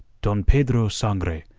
don pedro sangre,